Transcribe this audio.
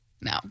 No